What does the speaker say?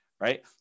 Right